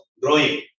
growing